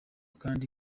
kandi